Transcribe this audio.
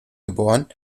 geboren